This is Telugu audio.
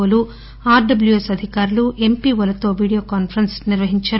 ఓ లు ఆర్థబ్లూఎస్ అధికారులు ఎంపీవో లతో వీడియో కాన్సెరెన్ను నిర్పహించారు